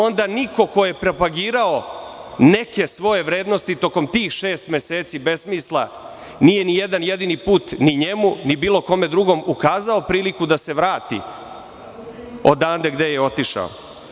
Onda mu niko ko je propagirao neke svoje vrednosti tokom tih šest meseci besmisla nije ni jedan jedini put ni njemu ni bilo kome drugom ukazao priliku da se vrati odande gde je otišao.